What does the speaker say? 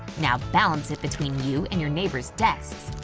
now balance it between you and your neighbor's desks.